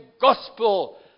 gospel